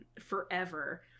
forever